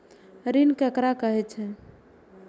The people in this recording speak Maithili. ऋण ककरा कहे छै?